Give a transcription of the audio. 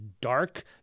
dark